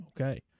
okay